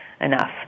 enough